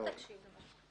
אתה תקשיב לי.